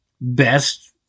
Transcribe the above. best